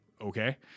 Okay